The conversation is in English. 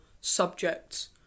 subjects